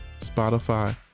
Spotify